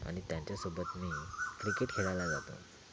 आणि त्यांच्या सोबत मी क्रिकेट खेळायला जातो